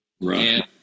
right